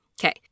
Okay